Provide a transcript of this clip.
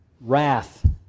Wrath